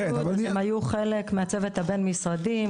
הם היו חלק מהצוות הבין משרדי,